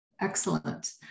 Excellent